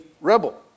rebel